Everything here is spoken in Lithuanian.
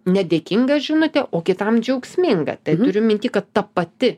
nedėkinga žinutė o kitam džiaugsminga turiu minty kad ta pati